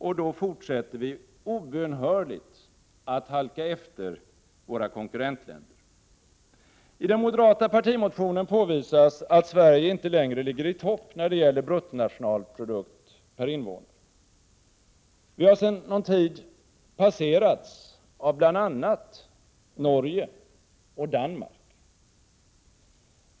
Och då fortsätter vi obönhörligt att halka efter våra konkurrentländer. I den moderata partimotionen påvisas att Sverige inte längre ligger i topp när det gäller bruttonationalprodukt per invånare. Vi har sedan någon tid passerats av bl.a. Norge och Danmark.